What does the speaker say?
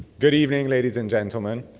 good evening, ladies and gentlemen.